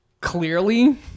Clearly